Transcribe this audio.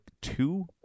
two